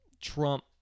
trump